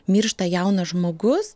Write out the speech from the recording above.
miršta jaunas žmogus